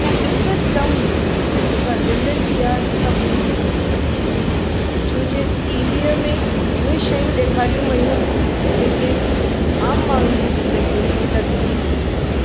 ऐं हिकदमि जेका ज़िंदगी आहे सभिनी जी मटिजी वई छो जे टीवीअ में उहे शयूं ॾेखारियूं वियूं जेके आम माण्हुनि जी ज़िंदगीअ में न थींदियूं आहिनि